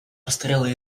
обстрелы